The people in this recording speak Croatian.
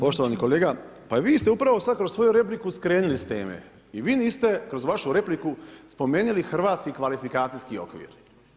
Poštovani kolega, pa vi ste upravo sad kroz svoju repliku skrenuli s teme i vi niste kroz repliku spomenuli hrvatski kvalifikacijski okviru.